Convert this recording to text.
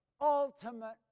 ultimate